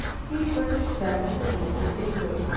he furnished them with a winter igloo.